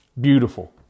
beautiful